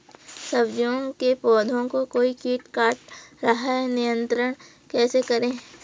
सब्जियों के पौधें को कोई कीट काट रहा है नियंत्रण कैसे करें?